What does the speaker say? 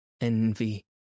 envy